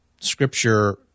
Scripture